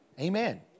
Amen